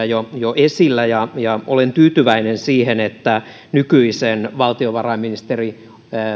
jo vuosia esillä ja ja olen tyytyväinen siihen että nykyisen valtiovarainministeri